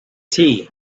tea